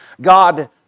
God